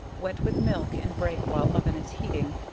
wet with milk and break while oven is heating,